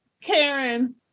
Karen